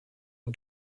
who